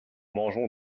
mangeons